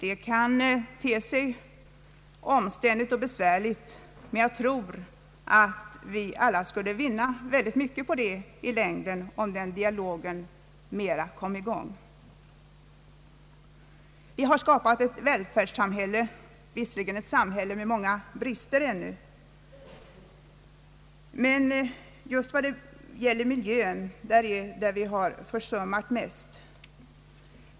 Det kan te sig omständligt och besvärligt, men det skulle säkert i längden vara mycket värdefullt om en sådan dialog kom i gång i större utsträckning. Vi har skapat ett välfärdssamhälle, som visserligen ännu har många brister. Just i fråga om miljön har vi försummat mest.